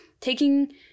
Taking